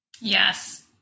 Yes